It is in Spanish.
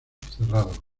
cerrado